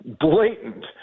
blatant